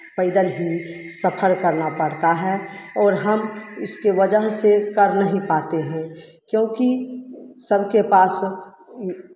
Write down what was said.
पैदल ही सफ़र करना पड़ता है और हम इसके वजह से कर नहीं पाते हैं क्योंकि सबके पास